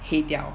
黑掉